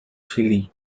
chile